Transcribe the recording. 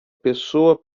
pessoa